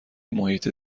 محیط